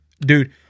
Dude